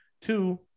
Two